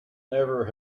never